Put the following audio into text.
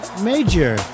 Major